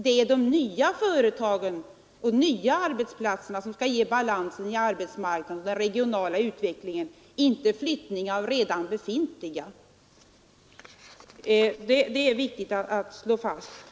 Det är ju de nya företagen och de — «nya arbetsplatserna som skall ge balans på arbetsmarknaden och i den regionala utvecklingen. Vi skall inte flytta redan befintliga företag härifrån. Det är viktigt att slå fast den saken.